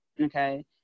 okay